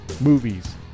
movies